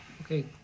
Okay